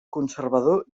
conservador